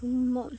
சும்மா